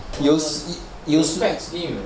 有 specs team